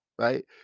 right